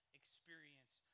experience